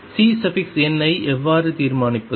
Cn ஐ எவ்வாறு தீர்மானிப்பது